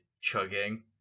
chugging